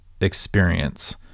experience